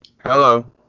Hello